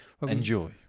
Enjoy